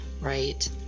right